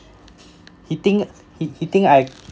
he think he he think I